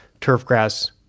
turfgrass